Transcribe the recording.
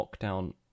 lockdown